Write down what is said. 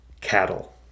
cattle